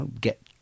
get